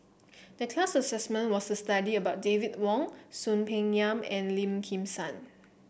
the class assignment was to study about David Wong Soon Peng Yam and Lim Kim San